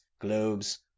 globes